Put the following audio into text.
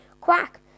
Quack